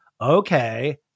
Okay